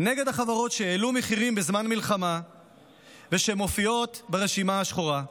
נגד החברות שהעלו מחירים בזמן מלחמה שמופיעות ברשימה השחורה.